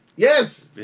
Yes